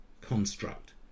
construct